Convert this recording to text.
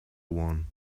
one